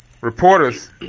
reporters